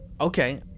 Okay